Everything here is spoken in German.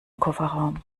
kofferraum